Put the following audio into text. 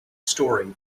story